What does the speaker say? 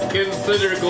consider